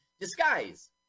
Disguise